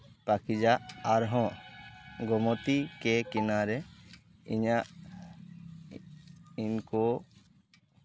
ᱯᱟᱠᱤᱡᱟ ᱟᱨᱦᱚᱸ ᱜᱚᱢᱚᱛᱤ ᱠᱮ ᱠᱤᱱᱟᱨᱮ ᱤᱧᱟᱜ ᱤᱱᱠᱳ